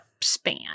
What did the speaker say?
span